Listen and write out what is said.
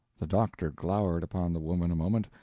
the doctor glowered upon the woman a moment,